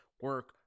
Work